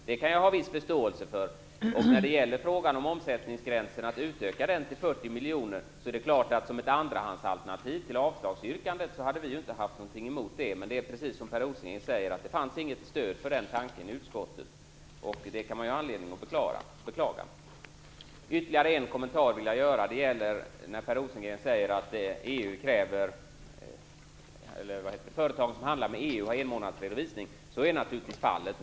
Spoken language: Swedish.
Det kan jag ha viss förståelse för. När det gäller frågan om att utöka omsättningsgränsen till 40 miljoner är det klart att som ett andrahandsalternativ till avslagsyrkandet hade vi inte haft någonting emot detta. Men det är precis som Per Rosengren säger, att det fanns inget stöd för den tanken i utskottet, och det kan man ju ha anledning att beklaga. Jag vill göra ytterligare en kommentar. Per Rosengren säger att företag som handlar med EU har enmånadsredovisning. Så är naturligtvis fallet.